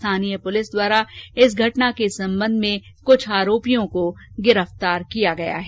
स्थानीय पुलिस द्वारा उक्त घटना के सम्बन्ध में कुछ आरोपियों को गिरफ्तार किया गया है